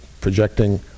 projecting